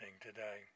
today